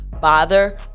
bother